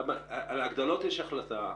על הגדלות יש החלטה.